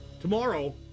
tomorrow